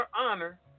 honor